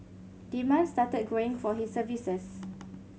demand started growing for his services